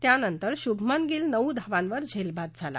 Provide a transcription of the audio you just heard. त्यानंतर शुभमन गील नऊ धावांवर झेलबाद झाला